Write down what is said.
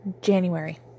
January